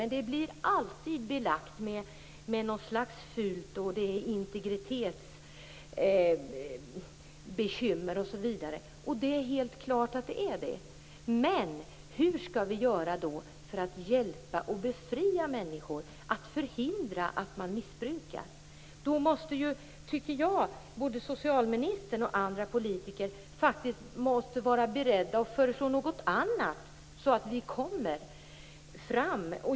Men det blir alltid belagt med att det skulle vara fult, bekymmer med integriteten osv. Det är helt klart så. Men hur skall vi då göra för att hjälpa och befria människor, att förhindra missbruk. Både socialministern och andra politiker måste vara beredda att föreslå något annat så att vi når fram.